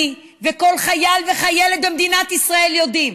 וכל חייל וחיילת במדינת ישראל יודעים,